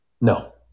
No